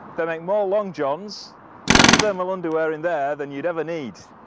they make more long johns and thermal underwear in there than you'd ever need